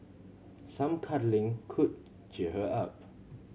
some cuddling could cheer her up